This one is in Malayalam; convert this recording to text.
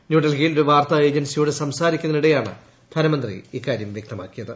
ന്യൂഡൽഹിയിൽ ഒരു വാർത്ത ഏജൻസിയോടു സംസാരിക്കുന്നതിനിടെയാണ് ധനമന്ത്രി ഇക്കാര്യം വ്യക്തമാക്കിയത്